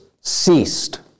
ceased